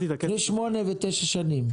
זה 2 מיליארד שקל.